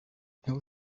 niho